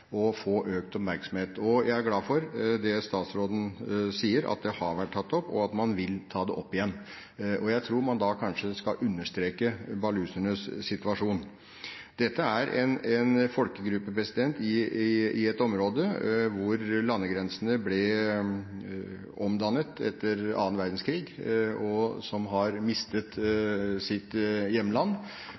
få økt oppmerksomhet. Jeg er glad for det statsråden sier, at det har vært tatt opp, og at man vil ta det opp igjen. Jeg tror man da kanskje skal understreke balutsjernes situasjon. Dette er en folkegruppe i et område hvor landegrensene ble omdannet etter annen verdenskrig, som har mistet sitt hjemland,